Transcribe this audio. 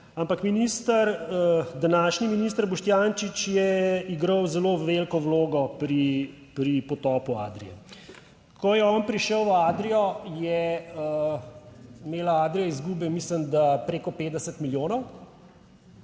današnji minister Boštjančič je igral zelo veliko vlogo pri potopu Adrie. Ko je on prišel v Adrio, je imela Adria izgube, mislim, da preko 50 milijonov.